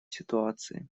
ситуации